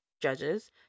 judges